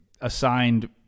assigned